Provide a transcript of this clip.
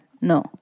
no